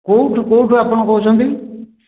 କେଉଁଠୁ କେଉଁଠୁ ଆପଣ କହୁଛନ୍ତି